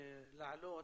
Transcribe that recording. להעלות,